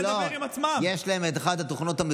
יש להם את אחת התוכנות,